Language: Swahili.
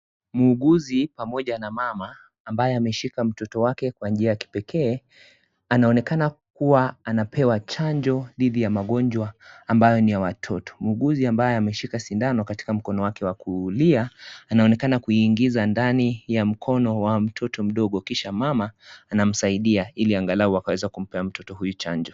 Muuguzi, pamoja na mama ambaye ameshika mtoto wake kwa njia ya kipekee, anaonekana kuwa anapewa chanjo dhidi ya magonjwa ambayo ni ya watoto. Muuguzi ambaye ameshika sindano katika mkono wake wa kulia, anaonekana kuiingiza ndani ya mkono wa mtoto mdogo kisha mama, anamsaidia ili angalau akaweze kumpea mtoto huyu chanjo.